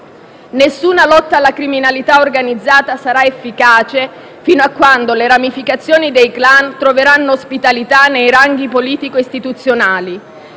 Nessuna lotta alla criminalità organizzata sarà efficace fino a quando le ramificazioni dei *clan* troveranno ospitalità nei ranghi politico-istituzionali.